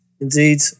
Indeed